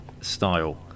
style